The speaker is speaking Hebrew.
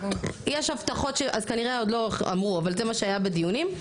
יש הבטחות אז כנראה עוד לא אמרו אבל זה מה שהיה בדיונים,